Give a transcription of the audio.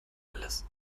alles